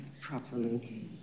properly